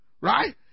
Right